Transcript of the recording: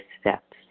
steps